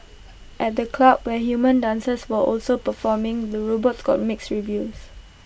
at the club where human dancers were also performing the robots got mixed reviews